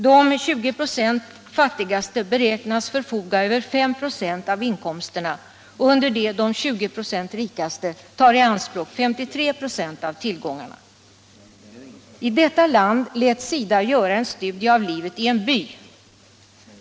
De fattigaste 20 procenten beräknas förfoga över 5 96 av inkomsterna, under det att de rikaste 20 procenten tar i anspråk 53 26 av tillgångarna. I detta land lät SIDA göra en studie av livet i en by.